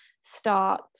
start